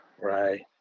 right